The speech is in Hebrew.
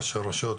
ראשי רשויות,